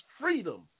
freedom